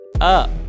up